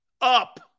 up